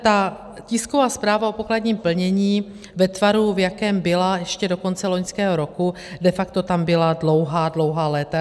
Ta tisková zpráva o pokladním plnění ve tvaru, v jakém byla ještě do konce loňského roku, de facto tam byla dlouhá, dlouhá léta.